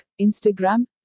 Instagram